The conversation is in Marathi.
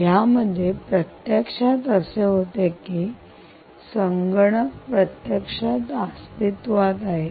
यामध्ये प्रत्यक्षात असे होते की संगणक प्रत्यक्षात अस्तित्वात आहे